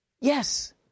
Yes